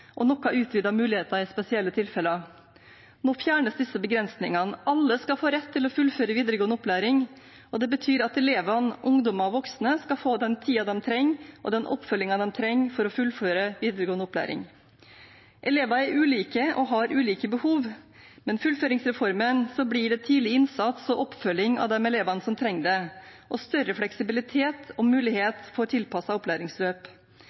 og noen utvidede muligheter i spesielle tilfeller. Nå fjernes disse begrensningene. Alle skal få rett til å fullføre videregående opplæring, og det betyr at elevene, ungdommer og voksne, skal få den tiden de trenger, og den oppfølgingen de trenger, for å fullføre videregående opplæring. Elever er ulike og har ulike behov, men med fullføringsreformen blir det tidlig innsats og oppfølging av de elevene som trenger det, og større fleksibilitet og mulighet for tilpassede opplæringsløp.